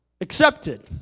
accepted